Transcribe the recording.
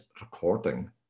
recording